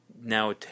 now